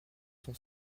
son